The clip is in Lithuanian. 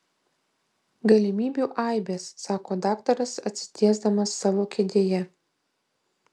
galimybių aibės sako daktaras atsitiesdamas savo kėdėje